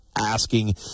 asking